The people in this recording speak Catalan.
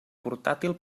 portàtil